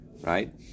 right